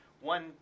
One